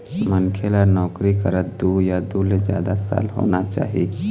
मनखे ल नउकरी करत दू या दू ले जादा साल होना चाही